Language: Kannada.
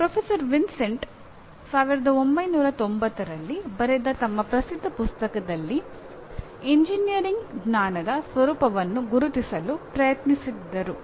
ಪ್ರೊಫೆಸರ್ ವಿನ್ಸೆಂಟಿ 1990ರಲ್ಲಿ ಬರೆದ ತಮ್ಮ ಪ್ರಸಿದ್ಧ ಪುಸ್ತಕದಲ್ಲಿ ಎಂಜಿನಿಯರಿಂಗ್ ಜ್ಞಾನದ ಸ್ವರೂಪವನ್ನು ಗುರುತಿಸಲು ಪ್ರಯತ್ನಿಸಿದ್ದರು